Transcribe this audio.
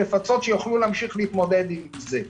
שיוכלו להתמודד עם זה.